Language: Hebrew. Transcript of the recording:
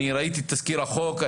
אני ראיתי את תזכיר החוק.